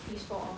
is for a